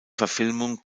verfilmung